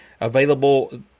available